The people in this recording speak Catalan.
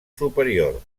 superior